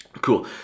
Cool